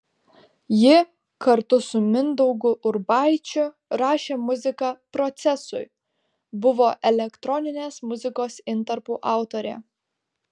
ji kartu su mindaugu urbaičiu rašė muziką procesui buvo elektroninės muzikos intarpų autorė